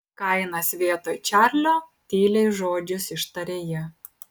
kainas vietoj čarlio tyliai žodžius ištarė ji